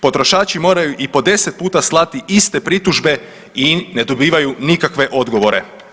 Potrošači moraju i po 10 puta slati iste pritužbe i ne dobivaju nikakve odgovore.